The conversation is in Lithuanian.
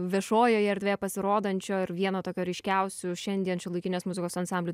viešojoje erdvėje pasirodančio ir vieno tokio ryškiausių šiandien šiuolaikinės muzikos ansamblių